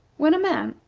when a man,